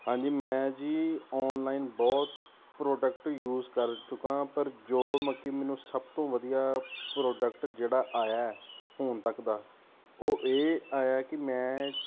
ਹਾਂਜੀ ਮੈਂ ਜੀ ਔਨਲਾਈਨ ਬਹੁਤ ਪ੍ਰੋਡਕਟ ਯੂਜ਼ ਕਰ ਚੁੱਕਾ ਪਰ ਜੋ ਮ ਕਿ ਮੈਨੂੰ ਸਭ ਤੋਂ ਵਧੀਆ ਪ੍ਰੋਡਕਟ ਜਿਹੜਾ ਆਇਆ ਹੁਣ ਤੱਕ ਦਾ ਉਹ ਇਹ ਆਇਆ ਕਿ ਮੈਂ